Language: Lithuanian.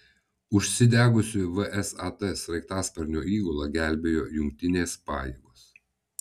užsidegusio vsat sraigtasparnio įgulą gelbėjo jungtinės pajėgos